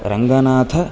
Ranganath